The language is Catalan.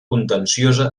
contenciosa